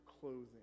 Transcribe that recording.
clothing